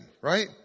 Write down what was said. right